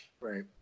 Right